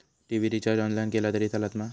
TV recharge online केला तरी चलात मा?